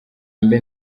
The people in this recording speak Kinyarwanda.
mbe